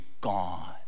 gone